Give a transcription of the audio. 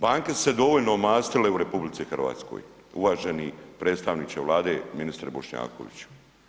Banke su se dovoljno omastile u RH uvaženi predstavniče Vlade, ministre Bošnjakoviću.